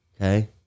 Okay